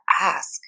ask